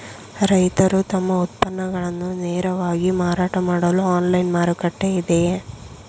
ರೈತರು ತಮ್ಮ ಉತ್ಪನ್ನಗಳನ್ನು ನೇರವಾಗಿ ಮಾರಾಟ ಮಾಡಲು ಆನ್ಲೈನ್ ಮಾರುಕಟ್ಟೆ ಇದೆಯೇ?